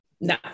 No